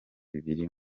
biri